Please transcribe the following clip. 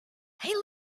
hey